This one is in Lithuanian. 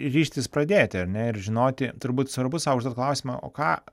ryžtis pradėti ar ne ir žinoti turbūt svarbu sau užduot klausimą o ką